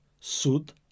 sud